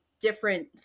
different